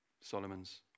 Solomon's